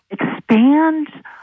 expand